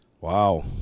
Wow